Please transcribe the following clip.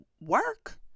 work